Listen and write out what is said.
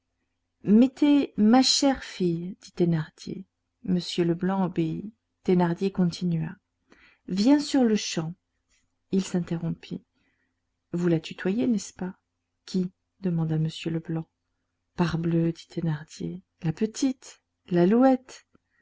mettez ma chère fille dit thénardier m leblanc obéit thénardier continua viens sur-le-champ il s'interrompit vous la tutoyez n'est-ce pas qui demanda m leblanc parbleu dit thénardier la petite l'alouette